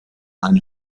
eine